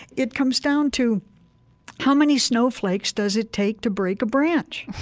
it comes down to how many snowflakes does it take to break a branch?